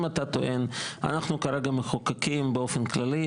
אם אתה טוען: אנחנו כרגע מחוקקים באופן כללי,